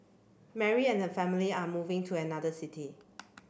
Mary and her family are moving to another city